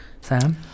Sam